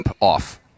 off